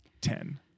Ten